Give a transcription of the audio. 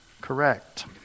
correct